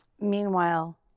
Meanwhile